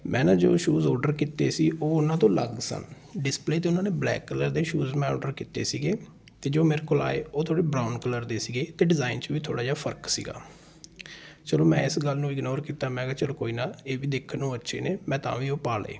ਮੈਂ ਨਾ ਜੋ ਸ਼ੂਜ਼ ਔਡਰ ਕੀਤੇ ਸੀ ਉਹ ਉਹਨਾਂ ਤੋ ਅਲੱਗ ਸਨ ਡਿਸਪਲੇ 'ਤੇ ਉਹਨਾਂ ਨੇ ਬਲੈਕ ਕਲਰ ਦੇ ਸ਼ੂਜ਼ ਮੈਂ ਔਡਰ ਕੀਤੇ ਸੀਗੇ ਅਤੇ ਜੋ ਮੇਰੇ ਕੋਲ ਆਏ ਉਹ ਥੋੜ੍ਹੇ ਬਰਾਊਨ ਕਲਰ ਦੇ ਸੀਗੇ ਅਤੇ ਡਿਜ਼ਾਇਨ 'ਚ ਵੀ ਥੋੜ੍ਹਾ ਜਿਹਾ ਫ਼ਰਕ ਸੀਗਾ ਚਲੋ ਮੈਂ ਇਸ ਗੱਲ ਨੂੰ ਇਗਨੋਰ ਕੀਤਾ ਮੈਂ ਕਿਹਾ ਚਲੋ ਕੋਈ ਨਾ ਇਹ ਵੀ ਦੇਖਣ ਨੂੰ ਅੱਛੇ ਨੇ ਮੈਂ ਤਾਂ ਵੀ ਉਹ ਪਾ ਲਏ